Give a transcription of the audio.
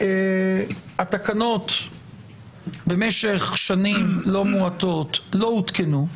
שהתקנות במשך שנים לא מועטות לא הותקנו,